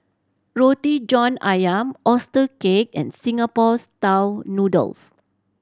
Roti John Ayam oyster cake and Singapore Style Noodles